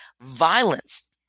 violence